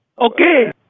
okay